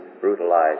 brutalized